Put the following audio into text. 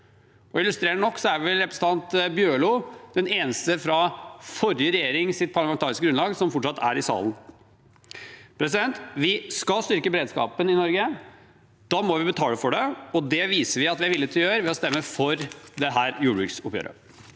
Illustrerende nok er vel representanten Bjørlo den eneste fra den forrige regjeringens parlamentariske grunnlag som fortsatt er i salen. Vi skal styrke beredskapen i Norge. Da må vi betale for det. Det viser vi at vi er villige til å gjøre ved å stemme for dette jordbruksoppgjøret.